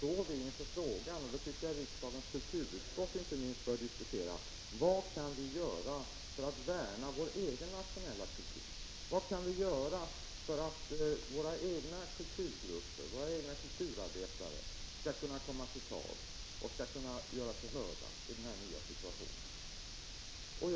Vi står inför en fråga som jag tycker att inte minst riksdagens kulturutskott skall diskutera: Vad kan vi göra för att värna vår nationella kultur? Vad kan vi göra för att våra egna kulturgrupper och kulturarbetare skall kunna göra sig hörda i den nya situationen?